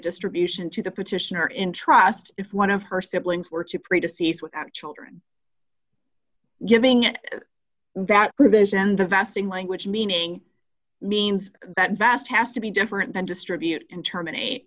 distribution to the petitioner in trust if one of her siblings were to pray to cease without children giving that provision the vesting language meaning means that vast has to be different than distribute and terminate